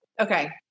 okay